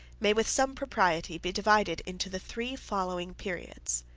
may, with some propriety, be divided into the three following periods